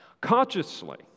consciously